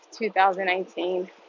2019